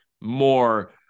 more